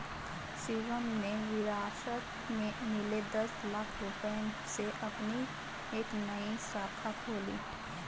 शिवम ने विरासत में मिले दस लाख रूपए से अपनी एक नई शाखा खोली